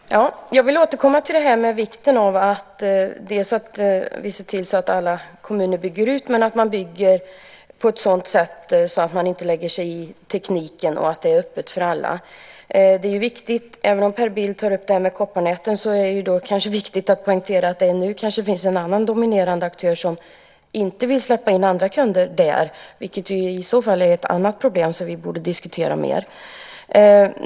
Fru talman! Jag vill återkomma till vikten av att vi ser till att kommunerna bygger ut på så sätt att man inte lägger sig i tekniken och att det är öppet för alla. Per Bill tar upp frågan om kopparnäten, men det är viktigt att poängtera att det nu finns en annan dominerande aktör som inte vill släppa in andra kunder. Det är i så fall ett annat problem som vi borde diskutera mer.